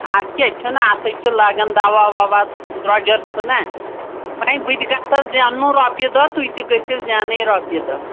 اَدٕ کیٛاہ چھُنا اَتھَے چھُ لگَن دوا وَوا درٛوٚجر چھُنا وۄنۍ بہٕ تہِ گژھٕ زینُن رۄپیہِ دہ تُہۍ تہِ گٔژھِو زینٕے رۄپیہِ دہ